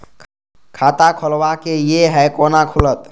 खाता खोलवाक यै है कोना खुलत?